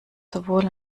sowohl